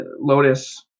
Lotus